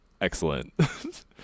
excellent